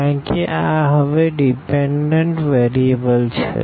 કારણ કે આ હવે ડીપેનડન્ટ વેરીએબલ છે